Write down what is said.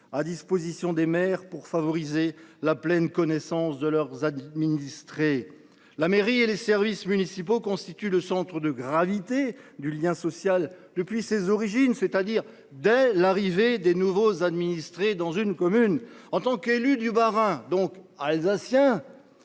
à disposition des maires afin de leur permettre de pleinement connaître leurs administrés. La mairie et les services municipaux constituent le centre de gravité du lien social depuis ses origines, dès l’arrivée de nouveaux administrés sur une commune. En tant qu’élu du Bas Rhin, donc Alsacien,…